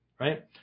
Right